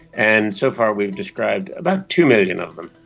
and so far we've described about two million of them.